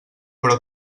però